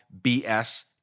BS